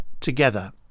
together